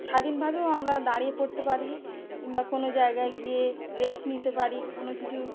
স্বাধীনভাবেও আমরা দাঁড়িয়ে পড়তে পারি কিংবা কোনো জায়গায় গিয়ে রেস্ট নিতে পারি কোনো কিছু